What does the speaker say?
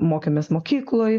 mokėmės mokykloj